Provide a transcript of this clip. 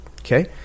Okay